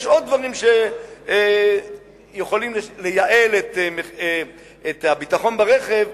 יש עוד דברים שיכולים לייעל את הביטחון ברכב,